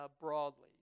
broadly